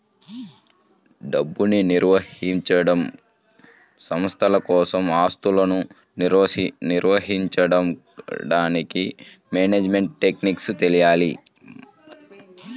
డబ్బుని నిర్వహించడం, సంస్థల కోసం ఆస్తులను నిర్వహించడానికి మేనేజ్మెంట్ టెక్నిక్స్ తెలియాలి